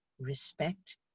respect